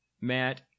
Matt